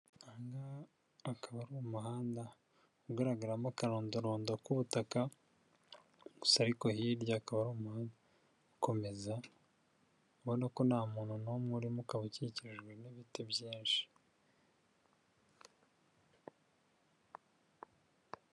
Aha ngaha akaba ari umuhanda ugaragaramo akarondorondo k'ubutaka gusa ariko hirya akaba ari umuhanda ukomeza ubona ko nta muntu n'umwe urimo ukaba ukikijwe n'ibiti byinshi.